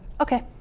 Okay